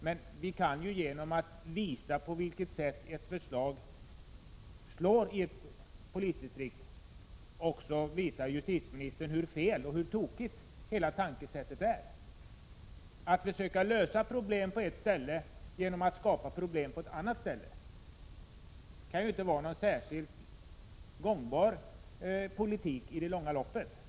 Men vi kan ju påvisa hur förslaget slår i ett polisdistrikt, och på det sättet visa justitieministern hur tokigt hela tänkesättet är. Att försöka lösa problem på ett ställe genom att skapa problem på ett annat ställe kan ju inte vara någon i det långa loppet särskilt gångbar politik.